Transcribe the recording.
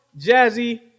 Jazzy